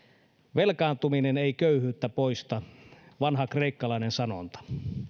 velkaantuminen ei köyhyyttä poista vanha kreikkalainen sanonta